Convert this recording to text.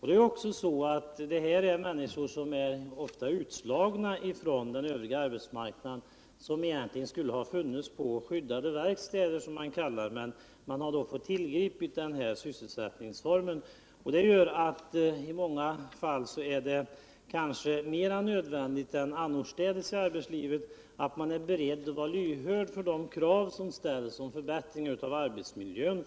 Det gäller ofta människor som är utslagna från den övriga arbetsmarknaden och som egentligen skulle ha funnits på skyddade verkstäder. men som befinner sig här därför att man fått tillgripa denna form av sysselsättning. Detta gör att det i många fall kanske är mera nödvändigt än annorstädes i arbetslivet att vara tyhörd för de krav. som ställs på förbättring av arbetsmiljön.